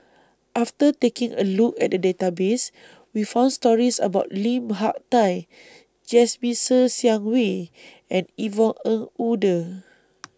after taking A Look At The Database We found stories about Lim Hak Tai Jasmine Ser Xiang Wei and Yvonne Ng Uhde